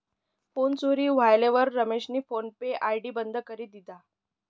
phone चोरी व्हयेलवर रमेशनी फोन पे आय.डी बंद करी दिधा